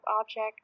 object